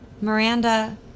Miranda